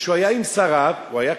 וכשהוא היה עם שריו הוא היה,